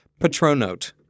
Patronote